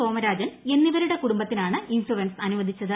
സോമരാജൻ എന്നിവരുടെ ് കുടുംബത്തിനാണ് ഇൻഷുറൻസ് അനുവദിച്ചത്